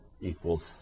equals